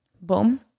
boom